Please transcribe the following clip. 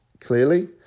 clearly